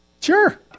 Sure